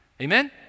Amen